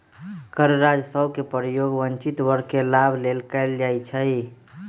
कर राजस्व के प्रयोग वंचित वर्ग के लाभ लेल कएल जाइ छइ